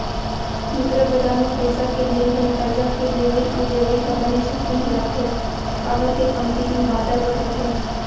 मुद्रा बजार म पइसा के लेन देन करजा के लेवई अउ देवई ह बने झटकून हो जाथे, काबर के कमती दिन बादर बर होथे